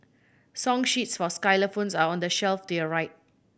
song sheets for xylophones are on the shelf to your right